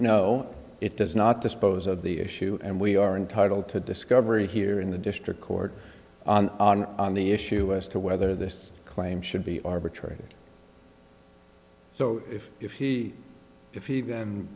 no it does not dispose of the issue and we are entitled to discovery here in the district court on the issue as to whether this claim should be arbitrated so if if he if he the